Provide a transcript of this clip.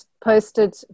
posted